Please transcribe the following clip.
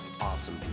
awesome